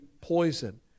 poison